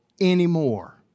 anymore